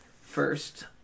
First